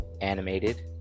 animated